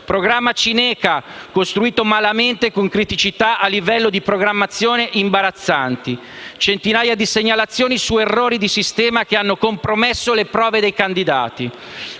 «Programma Cineca costruito malamente, con criticità a livello di programmazione imbarazzanti. Centinaia di segnalazioni su errori di sistema che hanno compromesso le prove dei candidati.